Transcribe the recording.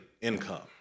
income